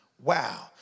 Wow